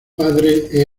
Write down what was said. padre